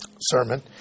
sermon